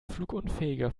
flugunfähiger